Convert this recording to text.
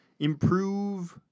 Improve